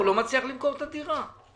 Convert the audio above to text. הוא לא מצליח למכור את הדירה.